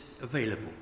available